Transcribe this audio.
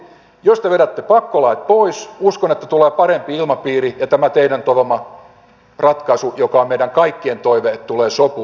jos te vedätte pakkolait pois uskon että tulee parempi ilmapiiri ja tämä teidän toivomanne ratkaisu on meidän kaikkien toive että tulee sopu voisi toteutua